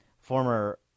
former